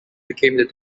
became